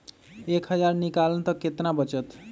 एक हज़ार निकालम त कितना वचत?